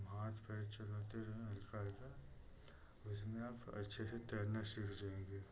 हम हाथ पैर चलाते रहें हल्का हल्का उसमें आप अच्छे से तैरना सीख जाएंगे